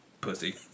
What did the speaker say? Pussy